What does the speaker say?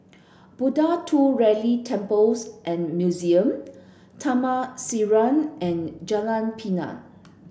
Buddha Tooth Relic Temples and Museum Taman Sireh and Jalan Pinang